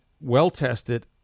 well-tested